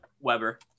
weber